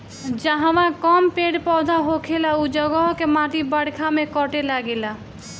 जहवा कम पेड़ पौधा होखेला उ जगह के माटी बरखा में कटे लागेला